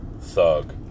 thug